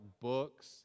books